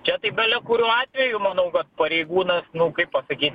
čia tai bele kuriuo atveju manau kad pareigūnas nu kaip pasakyti